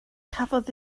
cafodd